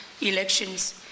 elections